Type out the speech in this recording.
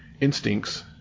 instincts